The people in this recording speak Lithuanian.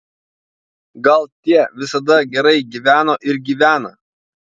gal tie visada gerai gyveno ir gyvena